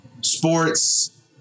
sports